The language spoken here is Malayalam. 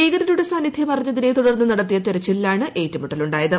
ഭീകരരുടെ സാന്നിധ്യുട് അറിഞ്ഞതിനെ തുടർന്ന് നടത്തിയ തെരച്ചിലിലാണ് ഏറ്റുമുട്ടലുണ്ട്ടിയത്